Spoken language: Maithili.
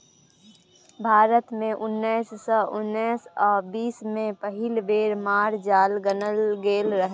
भारत मे उन्नैस सय उन्नैस आ बीस मे पहिल बेर माल जाल गानल गेल रहय